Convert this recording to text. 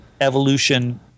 evolution